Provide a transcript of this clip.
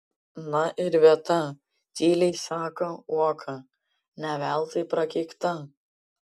na ir vieta tyliai sako uoka ne veltui prakeikta